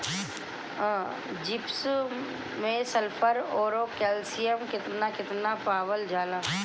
Gypsum मैं sulphur औरी calcium कितना कितना पावल जाला?